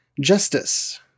justice